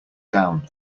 down